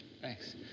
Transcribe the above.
thanks